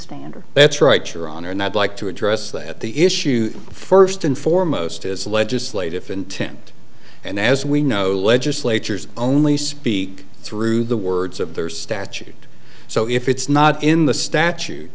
standard that's right your honor and i'd like to address that the issue first and foremost is legislative intent and as we know legislatures only speak through the words of their statute so if it's not in the statute